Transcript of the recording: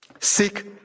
seek